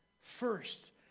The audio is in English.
first